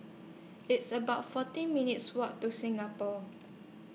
It's about forty minutes' Walk to Singapore